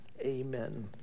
amen